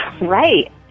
right